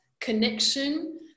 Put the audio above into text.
connection